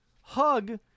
hug